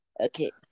Okay